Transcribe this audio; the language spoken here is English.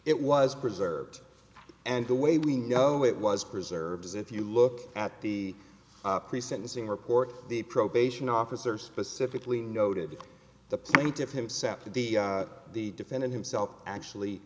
it was preserved and the way we know it was preserves if you look at the pre sentencing report the probation officer specifically noted that the plaintiffs himself to be the defendant himself actually